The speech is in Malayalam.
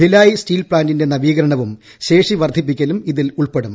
ഭിലായ് സ്റ്റീൽ പ്ലാന്റിന്റെ നവീകരണവും ശേഷിവർദ്ധപ്പിക്കലും ഇതിൽ ഉൾപ്പെടും